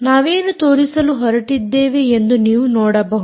ನಾವೇನು ತೋರಿಸಲು ಹೊರಟಿದ್ದೇವೆ ಎಂದು ನೀವು ನೋಡಬಹುದು